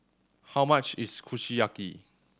how much is Kushiyaki